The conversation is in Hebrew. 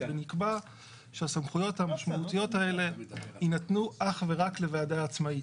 ונקבע שהסמכויות המאוד משמעותיות האלה יינתנו אך ורק לוועדה עצמאית.